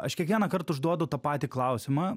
aš kiekvienąkart užduodu tą patį klausimą